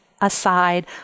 aside